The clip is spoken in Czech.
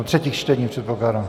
Třetích čtení, předpokládám.